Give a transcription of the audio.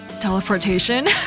teleportation